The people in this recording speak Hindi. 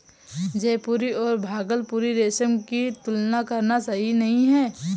जयपुरी और भागलपुरी रेशम की तुलना करना सही नही है